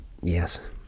yes